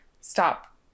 stop